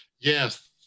Yes